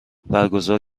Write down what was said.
برگزار